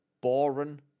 Boring